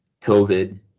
covid